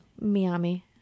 Miami